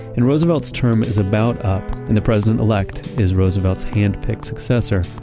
and roosevelt's term is about up. and the president-elect is roosevelt's handpicked successor,